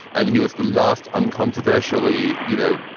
and he was the last uncontroversially, you know,